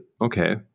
okay